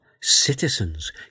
citizens